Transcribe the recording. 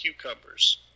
cucumbers